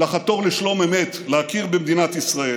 לחתור לשלום אמת, להכיר במדינת ישראל,